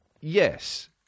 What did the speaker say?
yes